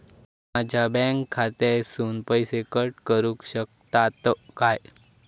माझ्या बँक खात्यासून पैसे कट करुक शकतात काय?